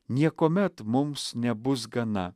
niekuomet mums nebus gana